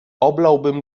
oblałbym